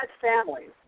families